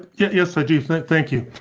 yes, i do. thank thank you.